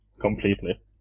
Completely